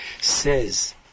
says